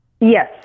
Yes